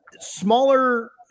smaller